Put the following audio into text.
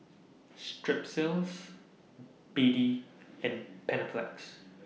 Strepsils B D and Panaflex